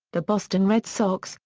the boston red sox,